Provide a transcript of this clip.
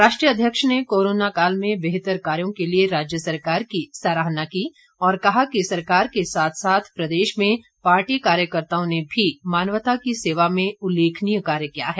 राष्ट्रीय अध्यक्ष ने कोरोना काल में बेहतर कार्यो के लिए राज्य सरकार की सराहना की और कहा कि सरकार के साथ साथ प्रदेश में पार्टी कार्यकर्ताओं ने भी मानवता की सेवा में उल्लेखनीय कार्य किया है